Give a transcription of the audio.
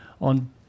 on